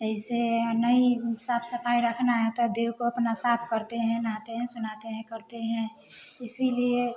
जैसे नल साफ सफाई रखना है तो तब देह को अपना साफ करते हैं नहाते हैं सुनाते हैं करते हैं इसीलिए